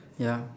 ya